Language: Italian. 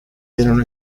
erano